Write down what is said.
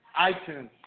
iTunes